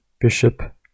Bishop